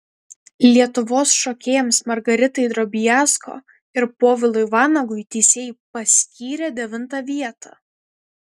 lietuvos šokėjams margaritai drobiazko ir povilui vanagui teisėjai paskyrė devintą vietą